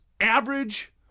average